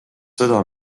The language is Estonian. seda